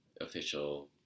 official